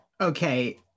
okay